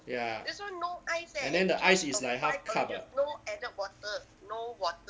ya and then the ice is like half cup ah